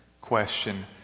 question